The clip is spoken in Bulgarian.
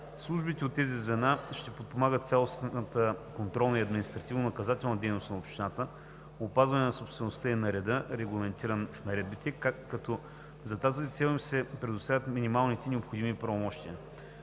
Служителите от тези звена ще подпомагат цялостната контролна и административнонаказателна дейност на общината, опазване на собствеността и на реда, регламентиран в наредбите, като за тази цел им се предоставят минималните необходими правомощия.